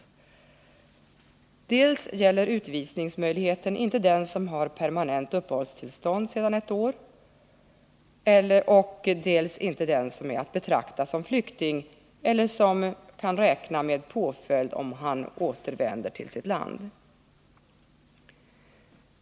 Vidare gäller utvisningsmöjligheten inte den som har permanent uppehållstillstånd sedan ett år och heller inte den som är att betrakta som flykting eller som måste räkna med påföljd om han återvänder till sitt land.